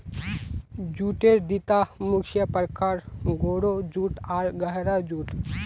जूटेर दिता मुख्य प्रकार, गोरो जूट आर गहरा जूट